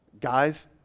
guys